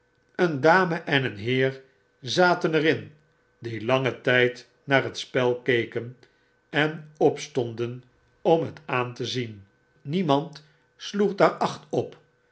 een dame en een heer zaten er in die langen tyd naar het spel keken en opstonden om het aan te zien niemand sloeg daar acht op